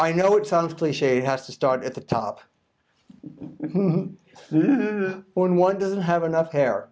i know it sounds cliche has to start at the top when one doesn't have enough hair